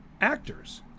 actors